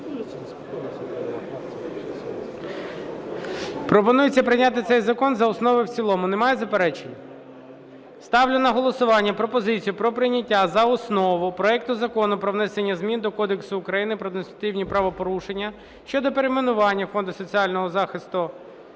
Пропонується прийняти цей закон за основу і в цілому. Немає заперечень? Ставлю на голосування пропозицію про прийняття за основу проекту Закону про внесення змін до Кодексу України про адміністративні правопорушення щодо перейменування Фонду соціального захисту